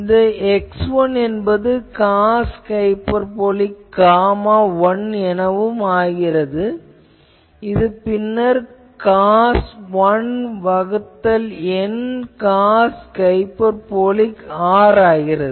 இந்த x1 என்பது cos hyperbolic gamma 1 என ஆகிறது இது பின்னர் காஸ் 1 வகுத்தல் n காஸ் ஹைபர்போலிக் R ஆகிறது